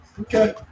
Okay